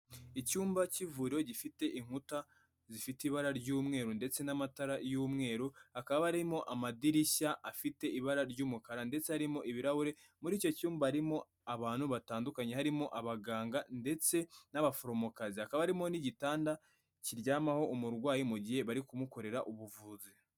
Icyumba cy'ivuriro gifite inkuta zifite ibara ry'umweru ndetse n'amatara y'umweru. Hakaba harimo amadirishya afite ibara ry'umukara, ndetse harimo ibirahure. Muri icyo cyumba harimo abantu batandukanye. Harimo abaganga, ndetse n'abaforomokazi. Hakaba harimo n'igitanda kiryamaho umurwayi mu gihe bari kumukorera ubuvuzi.